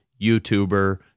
YouTuber